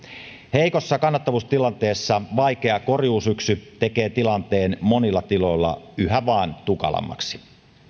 heikossa kannattavuustilanteessa vaikea korjuusyksy tekee tilanteen monilla tiloilla yhä vain tukalammaksi